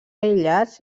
aïllats